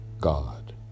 God